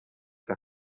che